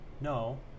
No